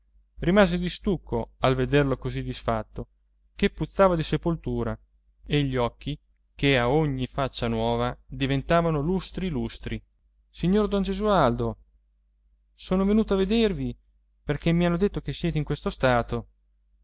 rimase di stucco al vederlo così disfatto che puzzava di sepoltura e gli occhi che a ogni faccia nuova diventavano lustri lustri signor don gesualdo son venuta a vedervi perché mi hanno detto che siete in questo stato